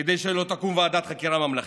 כדי שלא תקום ועדת חקירה ממלכתית,